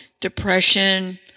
depression